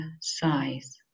size